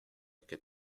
que